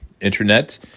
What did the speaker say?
internet